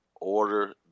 order